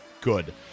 good